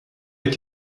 les